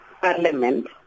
parliament